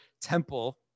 temple